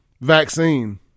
vaccine